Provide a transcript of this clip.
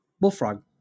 Bullfrog